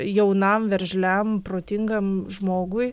jaunam veržliam protingam žmogui